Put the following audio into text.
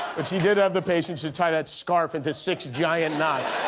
but she did have the patience to tie that scarf into six giant knots.